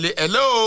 hello